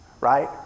right